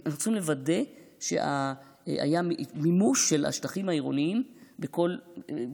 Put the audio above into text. אנחנו צריכים לוודא שהיה מימוש של השטחים העירוניים וציפוף,